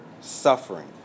suffering